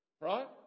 right